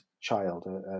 child